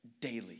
daily